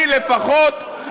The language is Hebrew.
אני לפחות,